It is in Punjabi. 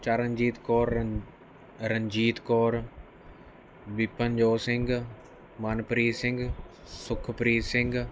ਚਰਨਜੀਤ ਕੌਰ ਰਣ ਰਣਜੀਤ ਕੌਰ ਵਿਪਨਜੋਤ ਸਿੰਘ ਮਨਪ੍ਰੀਤ ਸਿੰਘ ਸੁਖਪ੍ਰੀਤ ਸਿੰਘ